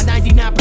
99%